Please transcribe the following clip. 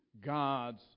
God's